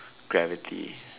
gravity